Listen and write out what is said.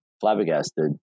flabbergasted